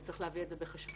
וצריך להביא את זה בחשבון.